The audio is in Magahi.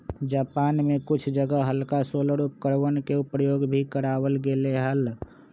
जापान में कुछ जगह हल्का सोलर उपकरणवन के प्रयोग भी करावल गेले हल